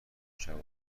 شواهد